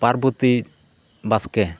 Parbati Baske